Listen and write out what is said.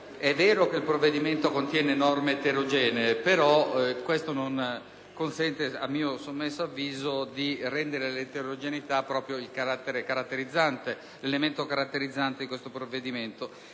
è vero che il provvedimento contiene norme eterogenee. Però, questo non consente a mio sommesso avviso di rendere l'eterogeneità l'elemento caratterizzante di questo provvedimento.